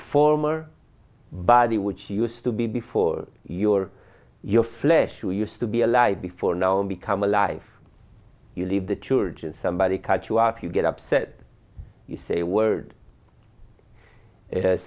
former body which used to be before you or your flesh you used to be alive before now and become a life you leave the church and somebody cut you off you get upset you say a word